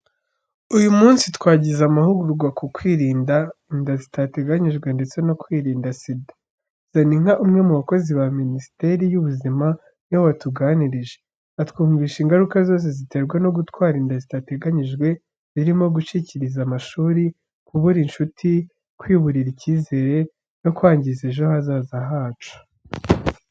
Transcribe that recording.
Uyu munsi twagize amahugurwa ku kwirinda inda zitateganyijwe, ndetse no kwirinda SIDA. Zaninka, umwe mu bakozi ba Minisiteri y’Ubuzima, ni we watuganirije, atwumvisha ingaruka zose ziterwa no gutwara inda zitateganyijwe, zirimo gucikiriza amashuri, kubura inshuti, kwiburira icyizere no kwangiza ejo hazaza hacu.